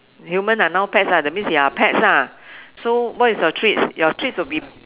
human are now pets ah that means you are pets ah so what is your treats your treats will be